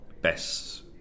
best